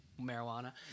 marijuana